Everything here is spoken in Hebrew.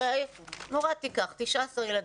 הרי מורה תיקח 19 ילדים,